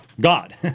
God